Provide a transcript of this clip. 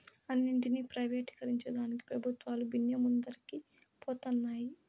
అన్నింటినీ ప్రైవేటీకరించేదానికి పెబుత్వాలు బిన్నే ముందరికి పోతన్నాయి